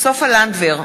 סופה לנדבר,